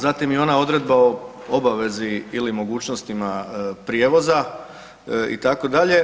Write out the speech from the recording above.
Zatim i ona odredba o obavezi ili mogućnostima prijevoza itd.